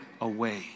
away